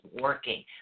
working